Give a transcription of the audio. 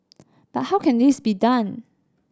but how can this be done